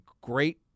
great